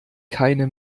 keine